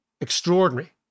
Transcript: extraordinary